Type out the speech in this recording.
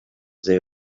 they